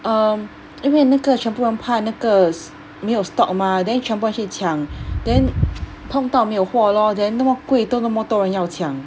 um 因为那个全部人怕那个没有 stock mah then 全部人去抢 then 碰到没有货 lor then 那么贵都那么多人要强